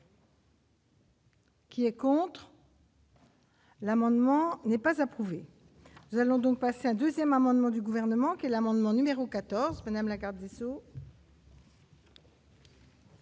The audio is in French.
Qui est contre. L'amendement n'est pas approuvé, nous allons donc passer un 2ème amendement du gouvernement que l'amendement numéro 14 madame la garde des Sceaux.